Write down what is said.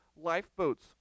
lifeboats